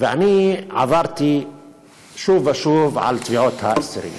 אני עברתי שוב ושוב על תביעות האסירים.